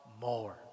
more